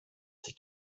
sich